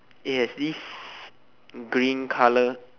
it has this green colour